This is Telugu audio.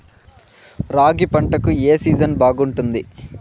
రాగి పంటకు, ఏ సీజన్ బాగుంటుంది?